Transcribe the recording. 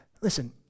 Listen